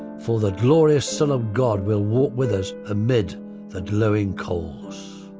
for the glorious son of god will walk with us amid the glowing coals.